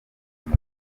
muri